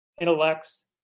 intellects